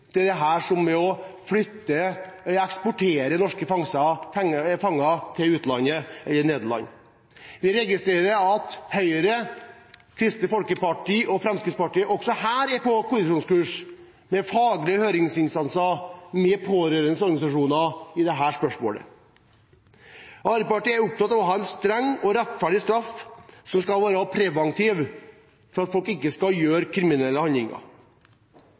å flytte eller eksportere norske fanger til Nederland. Vi registrerer at Høyre, Kristelig Folkeparti og Fremskrittspartiet også i dette spørsmålet er på kollisjonskurs med faglige høringsinstanser og de pårørendes organisasjoner. Arbeiderpartiet er opptatt av å ha en streng og rettferdig straff, som skal være preventiv, slik at folk ikke skal gjøre kriminelle handlinger.